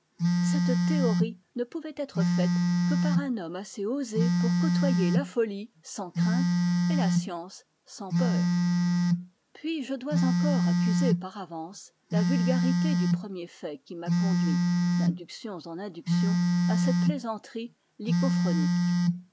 cette théorie ne pouvait être faite que par un homme assez osé pour côtoyer la folie sans crainte et la science sans peur puis je dois encore accuser par avance la vulgarité du premier fait qui m'a conduit d'inductions en inductions à cette plaisanterie